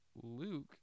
Luke